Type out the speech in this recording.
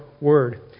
word